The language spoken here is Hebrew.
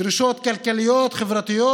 דרישות כלכליות, חברתיות,